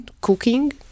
cooking